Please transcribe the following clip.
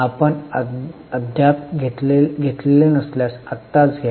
आपण अद्याप घेतलेले नसल्यास आत्ताच घ्या